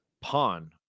pawn